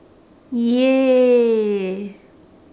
!yay!